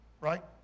right